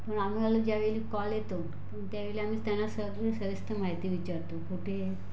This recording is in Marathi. पण आम्हांला ज्यावेळी कॉल येतो त्यावेळी आम्ही त्यांना सगळी सविस्तर माहिती विचारतो कुठे आहे